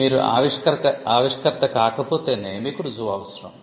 మీరు ఆవిష్కర్త కాకపోతేనే మీకు రుజువు అవసరం